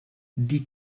die